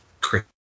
Chris